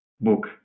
book